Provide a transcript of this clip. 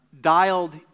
dialed